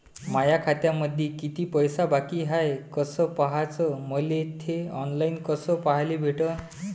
माया खात्यामंधी किती पैसा बाकी हाय कस पाह्याच, मले थे ऑनलाईन कस पाह्याले भेटन?